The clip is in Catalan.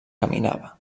caminava